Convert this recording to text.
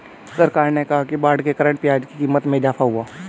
सरकार ने कहा कि बाढ़ के कारण प्याज़ की क़ीमत में इजाफ़ा हुआ है